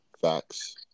Facts